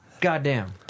Goddamn